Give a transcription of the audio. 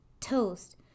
toast